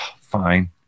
fine